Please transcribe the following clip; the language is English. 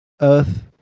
Earth